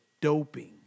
doping